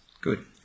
Good